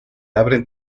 abren